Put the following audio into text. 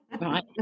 right